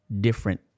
different